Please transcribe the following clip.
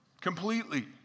Completely